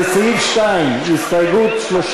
לסעיף 2, הסתייגות מס'